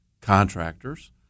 contractors